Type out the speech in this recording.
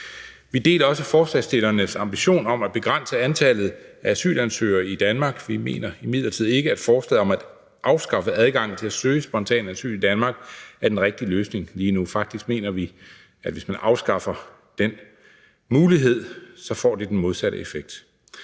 Vi deler også forslagsstillernes ambition om at begrænse antallet af asylansøgere i Danmark. Vi mener imidlertid ikke, at forslaget om at afskaffe adgangen til at søge spontan asyl i Danmark er den rigtige løsning lige nu. Faktisk mener vi, at det, hvis man afskaffer den mulighed, får den modsatte effekt,